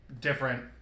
different